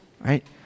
Right